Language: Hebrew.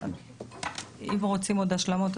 אם רוצים עוד השלמות,